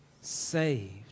saved